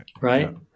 Right